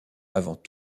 avant